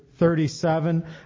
37